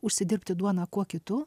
užsidirbti duoną kuo kitu